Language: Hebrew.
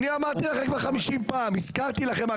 אני אמרתי לכם כבר 50 פעם, הזכרתי לכם.